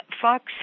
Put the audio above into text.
Fox